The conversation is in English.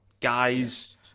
guys